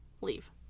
leave